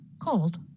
cold